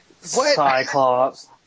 Cyclops